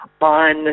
on